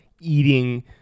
eating